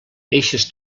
eixes